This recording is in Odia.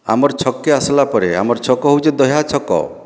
ଆମର୍ ଛକ୍କେ ଆସିଲା ପରେ ଆମର୍ ଛକ ହଉଛି ଦହ୍ୟା ଛକ